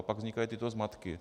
Pak vznikají tyto zmatky.